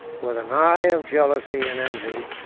with an eye of jealousy and envy,